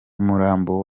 umurambo